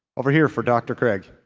over here for dr. craig.